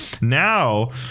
now